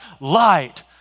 light